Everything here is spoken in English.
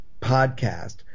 podcast